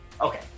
Okay